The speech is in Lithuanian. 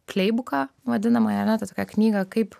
kleibuką vadinamąją ane tą tokią knygą kaip